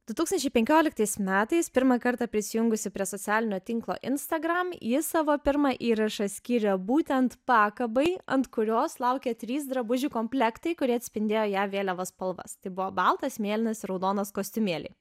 du tūkstančiai penkioliktais metais pirmą kartą prisijungusi prie socialinio tinklo instagram ji savo pirmą įrašą skyrė būtent pakabai ant kurios laukė trys drabužių komplektai kurie atspindėjo jav vėliavos spalvas tai buvo baltas mėlynas ir raudonas kostiumėliai